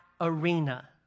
arena